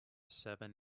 seven